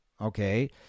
Okay